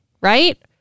right